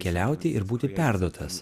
keliauti ir būti perduotas